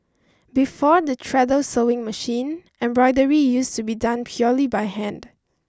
before the treadle sewing machine embroidery used to be done purely by hand